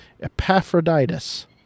Epaphroditus